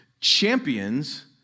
champions